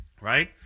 right